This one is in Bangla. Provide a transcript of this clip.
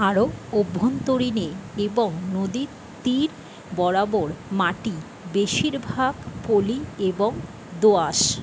আরও অভ্যন্তরীণে এবং নদীর তীর বরাবর মাটি বেশিরভাগ পলি এবং দোআঁশ